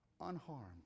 unharmed